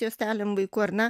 juostelėm vaikų ar ne